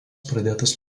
pradėtos